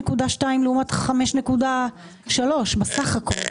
התכנסות חזרה לממוצעים ארוכי טווח בהינתן המצב הכלכלי.